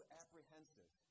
apprehensive